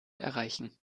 erreichen